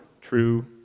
true